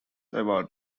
award